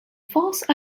false